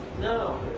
No